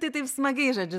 tai taip smagiai žodžiu